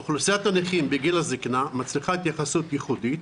אוכלוסיית הנכים בגיל הזקנה מצריכה התייחסות ייחודית,